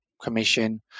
commission